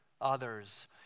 others